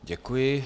Děkuji.